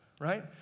right